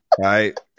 Right